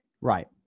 Right